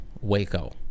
waco